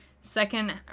Second